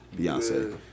Beyonce